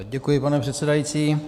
Děkuji, pane předsedající.